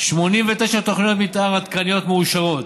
89 תוכניות מתאר עדכניות מאושרות,